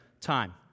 time